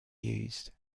used